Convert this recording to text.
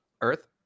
earth